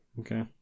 Okay